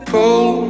Pull